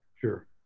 Sure